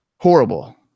Horrible